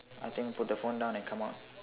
I think put the phone down and come out